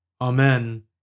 Amen